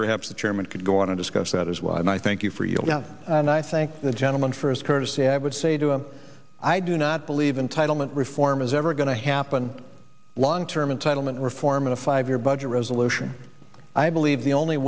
perhaps the chairman could go on to discuss that as well and i thank you for your doubt and i thank the gentleman for his courtesy i would say to him i do not believe in title meant reform is ever going to happen long term entitlement reform in a five year budget resolution i believe the only